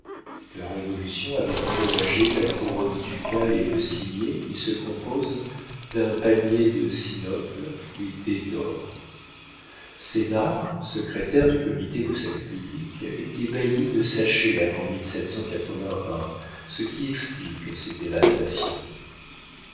la révolution avait endommagé la couronne ducale et le cimier qui se compose d'un palmier de sinople fruité d'or senart secrétaire du comité de salut public était bailli de saché avant ce qui explique ces dévastations